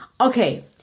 Okay